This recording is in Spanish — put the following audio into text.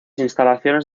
instalaciones